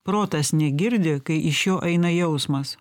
protas negirdi kai iš jo eina jausmas